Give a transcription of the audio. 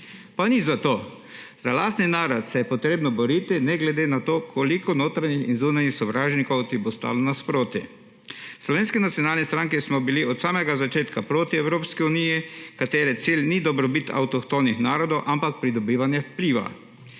Pa nič zato, za lastni narod se je potrebno boriti, ne glede na to, koliko notranjih in zunanjih sovražnikov ti bo stalo nasproti. V SNS smo od samega začetka proti Evropski uniji, katere cilj ni dobrobit avtohtonih narodov, ampak pridobivanje vpliva.